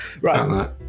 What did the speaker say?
right